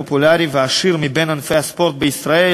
הפופולרי והעשיר מבין ענפי הספורט בישראל,